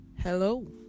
Hello